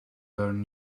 learn